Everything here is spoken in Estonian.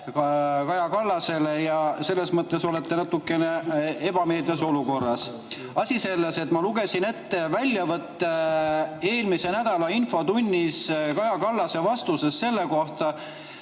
Kaja Kallasele ja selles mõttes olete natukene ebameeldivas olukorras. Asi selles, et ma lugesin ette väljavõtte eelmise nädala infotunnis antud Kaja Kallase vastusest selle kohta,